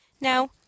Now